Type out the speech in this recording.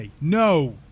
No